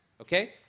okay